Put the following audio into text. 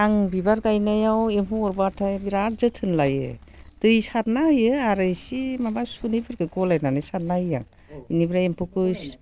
आं बिबार गायनायाव एम्फौ अरब्लाथाय बिराद जोथोन लायो दै सारना होयो आरो इसे माबा सुनैफोरखो गलायनानै सारना होयो आं इनिफ्राय इम्फौखो